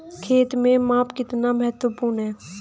खेत में माप कितना महत्वपूर्ण है?